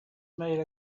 made